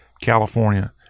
California